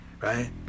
right